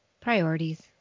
Priorities